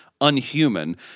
unhuman